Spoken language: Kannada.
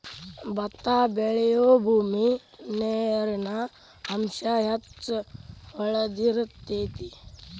ಬತ್ತಾ ಬೆಳಿಯುಬೂಮಿ ನೇರಿನ ಅಂಶಾ ಹೆಚ್ಚ ಹೊಳದಿರತೆತಿ